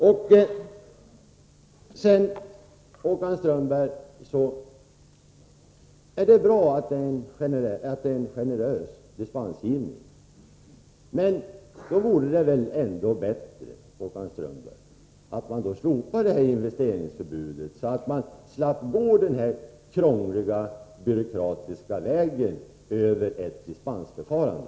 Sedan några ord till Håkan Strömberg. Det är bra att det är en generös dispensgivning — men nog vore det ännu bättre att slopa investeringsförbudet, så att man slapp gå den krångliga, byråkratiska vägen över ett dispensförfarande!